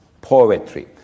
poetry